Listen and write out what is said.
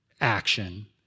action